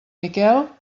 miquel